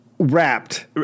Wrapped